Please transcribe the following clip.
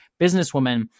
businesswoman